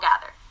gather